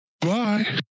bye